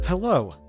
Hello